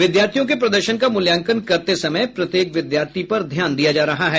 विद्यार्थियों के प्रदर्शन का मूल्यांकन करते समय प्रत्येक विद्यार्थी पर ध्यान दिया जा रहा है